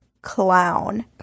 clown